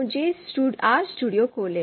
मुझे RStudio खोलें